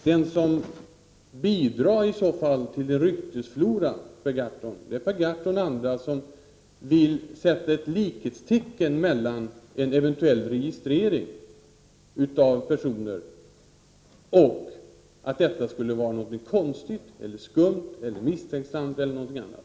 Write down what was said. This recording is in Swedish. De som bidrar till denna ryktesflora, Per Gahrton, är sådana som liksom ni vill sätta ett likhetstecken mellan en eventuell registrering av personer och något konstigt, skumt, misstänksamt eller något annat.